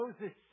Moses